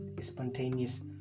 spontaneous